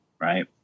right